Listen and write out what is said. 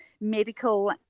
medical